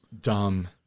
dumb